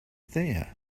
there